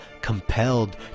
compelled